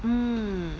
mm